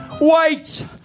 wait